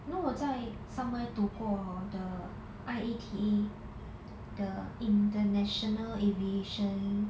you know 我在 somewhere 读过 hor the I_T_A the international aviation